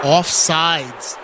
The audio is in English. Offsides